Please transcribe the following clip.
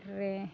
ᱨᱮ